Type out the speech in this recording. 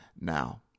now